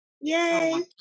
yay